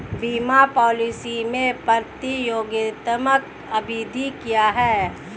बीमा पॉलिसी में प्रतियोगात्मक अवधि क्या है?